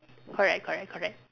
correct correct correct